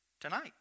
Tonight